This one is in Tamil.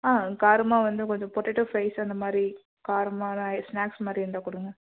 ஆ காரமாக வந்து கொஞ்சம் பொட்டேட்டோ ஃப்ரைஸு அந்த மாதிரி காரமெலாம் ஸ்நேக்ஸ் மாதிரி இருந்தால் கொடுங்க